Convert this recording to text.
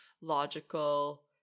logical